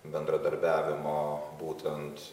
bendradarbiavimo būtent